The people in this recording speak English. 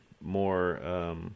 more